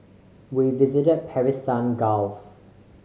we visited the Persian Gulf